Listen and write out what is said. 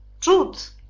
truth